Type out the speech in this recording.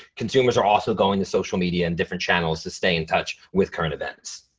consumers are also going to social media and different channels to stay in touch with current events.